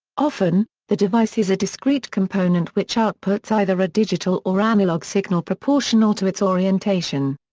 often, the device is a discrete component which outputs either a digital or analog signal proportional to its orientation.